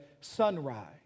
sunrise